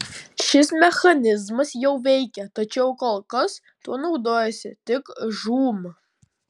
šis mechanizmas jau veikia tačiau kol kas tuo naudojasi tik žūm